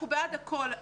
אנחנו בעד הכול.